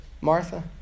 Martha